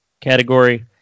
category